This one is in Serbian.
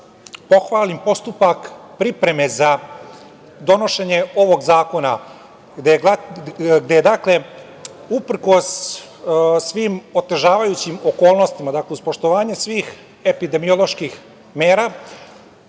pohvalim postupak pripreme za donošenje ovog zakona gde uprkos svim otežavajućim okolnostima, dakle uz poštovanje svih epidemioloških mera,